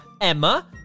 emma